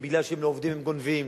שמפני שהם לא עובדים הם גונבים.